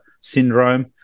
syndrome